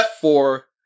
four